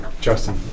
Justin